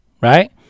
right